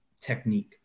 technique